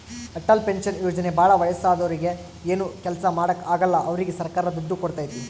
Atal pension ಯೋಜನೆ ಭಾಳ ವಯಸ್ಸಾದೂರಿಗೆ ಏನು ಕೆಲ್ಸ ಮಾಡಾಕ ಆಗಲ್ಲ ಅವ್ರಿಗೆ ಸರ್ಕಾರ ದುಡ್ಡು ಕೋಡ್ತೈತಿ